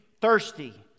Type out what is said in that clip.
thirsty